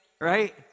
right